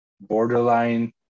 borderline